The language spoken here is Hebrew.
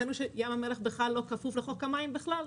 טענו שים המלח בכלל לא כפוף לחוק המים בכלל.